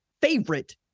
favorite